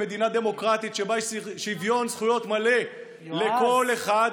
מדינה דמוקרטית שבה יש שוויון זכויות מלא לכל אחד,